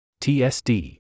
TSD